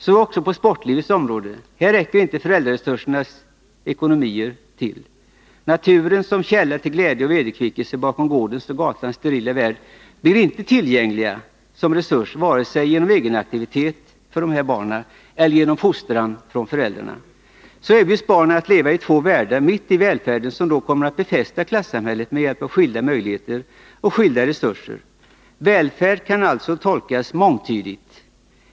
Så sker också på sportlivets område. Här räcker inte föräldrarnas resurser eller ekonomi till. Naturen som källa till glädje och vederkvickelse bakom gårdens och gatans sterila värld blir inte 35 tillgänglig som resurs för dessa barn, varken genom egenaktivitet eller genom fostran via föräldrarna. Så erbjuds barnen att leva i två världar mitt i ”välfärden”, vilken då kommer att befästa klassamhället genom skilda möjligheter och skilda resurser. Välfärd kan alltså tolkas mångtydigt.